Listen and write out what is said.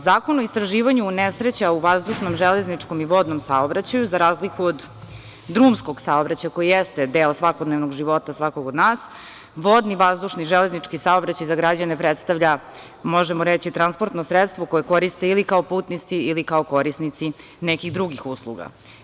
Zakon o istraživanju nesreća u vazdušnom, železničkom i vodnom saobraćaju, za razliku od drumskog saobraćaja, koji jeste svakodnevnog života svakoga od nas, vodni, vazdušni, železnički saobraćaj za građane predstavlja, možemo reći, transportno sredstvo koje koriste ili kao putnici ili kao korisnici nekih drugih usluga.